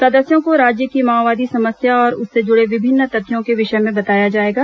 सदस्यों को राज्य की माओवादी समस्या और उससे जुड़े विभिन्न तथ्यों के विषय में बताया जाएगा